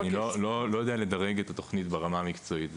אני לא יודע לדרג את התוכנית ברמה המקצועית.